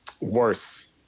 worse